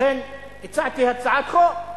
לכן הצעתי הצעת חוק: